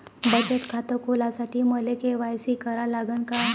बचत खात खोलासाठी मले के.वाय.सी करा लागन का?